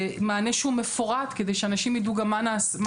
מענה שהוא מפורט, כדי שאנשים גם ידעו מה נעשה.